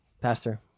Pastor